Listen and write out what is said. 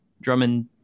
drummond